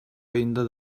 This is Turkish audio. ayında